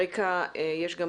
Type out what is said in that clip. ברקע יש גם